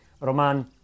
Roman